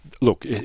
Look